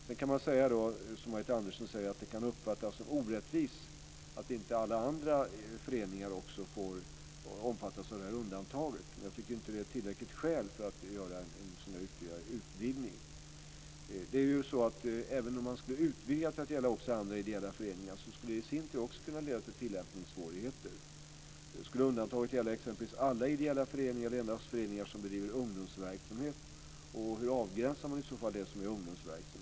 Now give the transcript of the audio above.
Man kan, som Margareta Andersson gör, säga att det kan uppfattas som orättvist att inte alla andra föreningar också omfattas av det här undantaget men jag tycker inte att det är ett tillräckligt skäl för att göra en ytterligare utvidgning. Även om man skulle utvidga detta till att gälla också andra ideella föreningar skulle det i sin tur också kunna leda till tillämpningssvårigheter. Skulle undantaget gälla exempelvis alla ideella föreningar eller endast föreningar som bedriver ungdomsverksamhet? Och hur avgränsar man i så fall det som är ungdomsverksamhet?